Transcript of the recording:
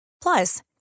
Plus